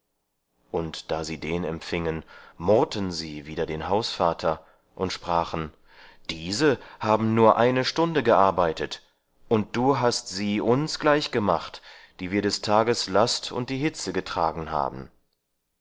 und da sie den empfingen murrten sie wider den hausvater und sprachen diese haben nur eine stunde gearbeitet und du hast sie uns gleich gemacht die wir des tages last und die hitze getragen haben